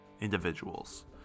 individuals